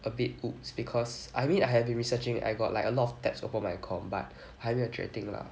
a bit !oops! because I mean I have been researching I got like a lot of tabs open on my comp but 还没有决定 lah